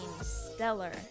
stellar